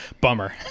Bummer